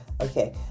okay